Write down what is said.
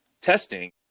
testing